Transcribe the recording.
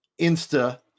insta